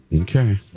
Okay